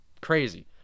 crazy